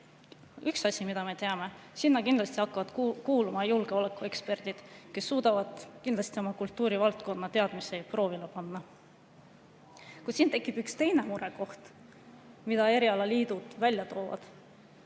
Üks asi, mida me teame: sinna kindlasti hakkavad kuuluma julgeolekueksperdid, kes saavad kindlasti oma kultuurivaldkonna teadmisi proovile panna. Siin tekib üks teine murekoht, mille erialaliidud on välja toonud.